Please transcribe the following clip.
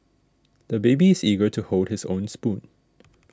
the baby is eager to hold his own spoon